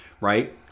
right